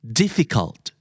difficult